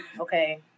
okay